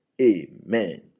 Amen